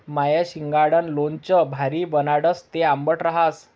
माय शिंगाडानं लोणचं भारी बनाडस, ते आंबट रहास